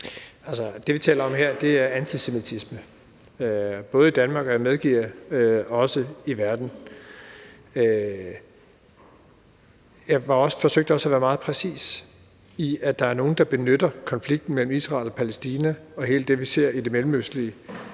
det, vi taler om her, er antisemitisme, både i Danmark og, jeg medgiver, også i verden. Jeg forsøgte også at være meget præcis, i forhold til at der er nogle, der benytter konflikten mellem Israel og Palæstina og alt det, vi ser i det mellemøstlige,